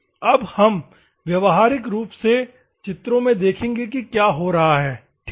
अब हम व्यावहारिक रूप से चित्रों में देखेंगे कि क्या हो रहा है ठीक है